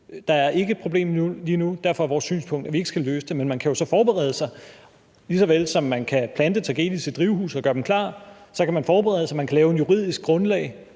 Der er ikke et problem lige nu, og derfor er vores synspunkt, at vi ikke skal løse det. Men man kan jo så forberede sig. Lige så vel som man kan plante tagetes i drivhus og gøre dem klar, kan man forberede sig. Man kan lave et juridisk grundlag